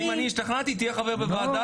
אז אם אני השתכנעתי תהיה חבר בוועדה,